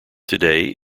today